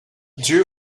dieu